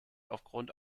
aufgrund